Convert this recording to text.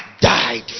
died